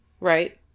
Right